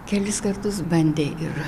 kelis kartus bandė ir